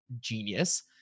genius